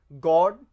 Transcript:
God